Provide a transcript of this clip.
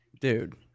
Dude